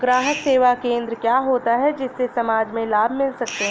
ग्राहक सेवा केंद्र क्या होता है जिससे समाज में लाभ मिल सके?